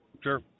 sure